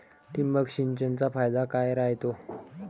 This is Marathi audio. ठिबक सिंचनचा फायदा काय राह्यतो?